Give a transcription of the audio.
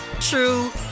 true